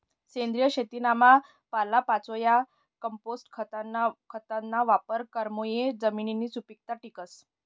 सेंद्रिय शेतीमा पालापाचोया, कंपोस्ट खतना वापर करामुये जमिननी सुपीकता टिकस